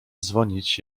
dzwonić